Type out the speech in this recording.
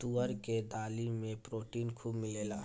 तुअर के दाली में प्रोटीन खूब मिलेला